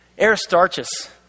aristarchus